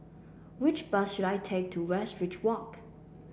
which bus should I take to Westridge Walk